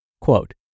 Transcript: Quote